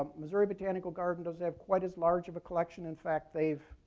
missouri botanical garden doesn't have quite as large of a collection. in fact, they've,